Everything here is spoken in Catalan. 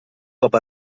cop